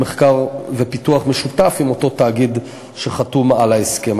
מחקר ופיתוח משותף עם אותו תאגיד שחתום על ההסכם.